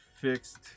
fixed